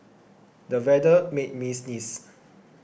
the weather made me sneeze